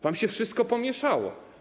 Wam się wszystko pomieszało.